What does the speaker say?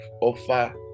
offer